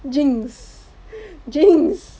jinx jinx